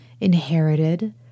inherited